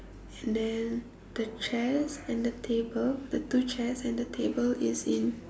and then the chairs and the table the two chairs and the table is in